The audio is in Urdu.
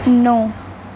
نو